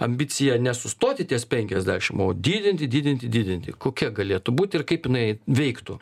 ambicija nesustoti ties penkiasdešimt o didinti didinti didinti kokia galėtų būti ir kaip jinai veiktų